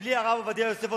שבלי שהרב עובדיה יוסף,